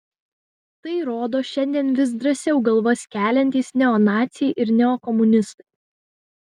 tai rodo šiandien vis drąsiau galvas keliantys neonaciai ir neokomunistai